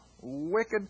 wicked